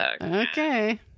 okay